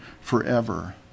forever